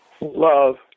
love